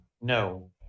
No